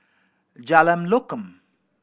Jalan Lokam